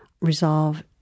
resolve